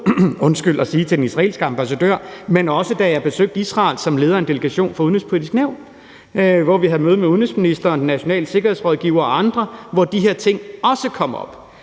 til at sige både til den israelske ambassadør, men også da jeg besøgte i Israel som leder af en delegation for Det Udenrigspolitiske Nævn, hvor vi havde møde med udenrigsministeren, den nationale sikkerhedsrådgiver og andre, og hvor de her ting også kom op.